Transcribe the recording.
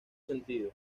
sentido